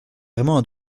vraiment